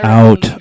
out